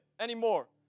anymore